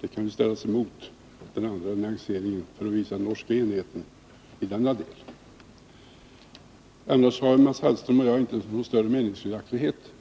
Det kan ställas mot den andra nyanseringen, som visar den norska enigheten i denna del. Annars finns det inte någon större meningsskiljaktighet mellan Mats Hellström och mig.